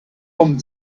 vom